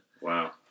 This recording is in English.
Wow